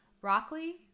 broccoli